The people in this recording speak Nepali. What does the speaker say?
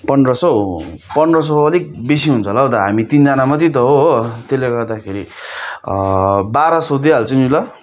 पन्ध्र सय पन्ध्र सय अलिक बेसी हुन्छ होला दा हामी तिनजना मात्रै त हो हो त्यसले गर्दाखेरि बाह्र सय दिइहाल्छु नि ल